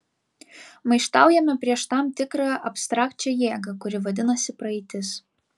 maištaujame prieš tam tikrą abstrakčią jėgą kuri vadinasi praeitis